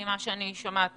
כך אני מבינה מדברייך.